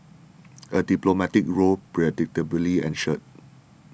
a diplomatic row predictably ensued